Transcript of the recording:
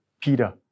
Peter